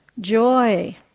Joy